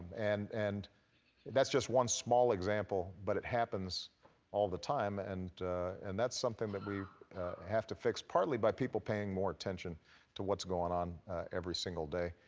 and and that's just one small example, but it happens all the time. and and that's something that we have to fix partly by people paying more attention to what's going on every single day.